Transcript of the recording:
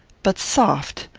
but, soft!